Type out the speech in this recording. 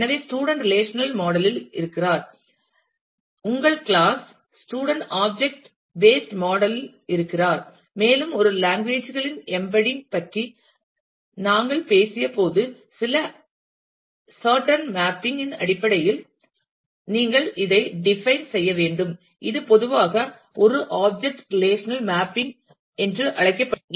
எனவே student relational மாடல்இல் இருக்கிறார் உங்கள் class student object based model இல் இருக்கிறார் மேலும் ஒரு லாங்குவேஜ் களின் எம்பெடிங் இன் பற்றி நாங்கள் பேசியபோது சில சாட்டேன் மேப்பிங் இன் அடிப்படையில் நீங்கள் இதை டிபைன் செய்ய வேண்டும் இது பொதுவாக ஒரு ஆப்ஜெக்ட் ரிலேஷனல் மேப்பிங் என்று அழைக்கப்படுகிறது